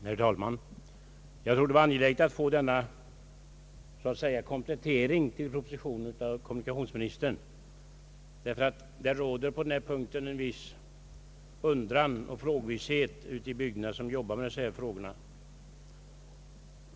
Herr talman! Jag tror det var angeläget att få denna komplettering till propositionen av kommunikationsministern, därför att det råder på denna punkt en viss undran och frågvishet ute i bygderna bland dem som arbetar med dessa frågor.